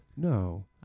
No